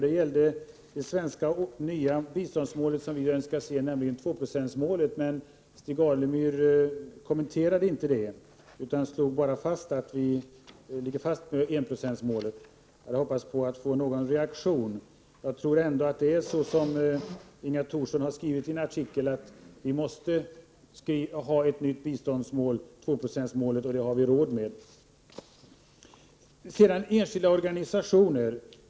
Den gällde det nya svenska biståndsmål som vi önskar se, nämligen tvåprocentsmålet, men Stig Alemyr kommenterade inte Prot. 1988/89:99 det utan konstaterade bara att vi ligger fast vid enprocentsmålet. Jag hade 19 april 1989 hoppats få någon reaktion, eftersom jag ändå tror att det är så som Inga Thorsson har skrivit i en artikel: Vi måste ha ett nytt biståndsmål, tvåprocentsmålet, och det har vi råd med. Så till frågan om enskilda organisationer.